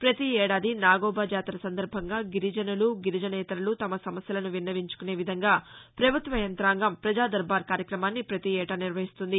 ప్రతి ఏడాది నాగోబా జాతర సందర్భంగా గిరిజనులు గిరిజనేతరలు తమ సమస్యలను విన్నవించుకునే విధంగా పభుత్వ యంతాంగం ప్రజా దర్బార్ కార్యక్రమాన్ని పతి ఏటా నిర్వహిస్తుంది